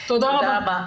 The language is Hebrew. תודה רבה.